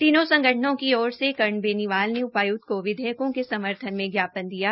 तीनों संगठनों की ओर से कर्ण बेनीवाल ने उपायुक्त को विधेयकों के समर्थन में ज्ञापन दियो